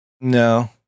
No